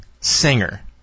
singer